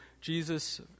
Jesus